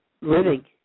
living